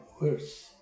worse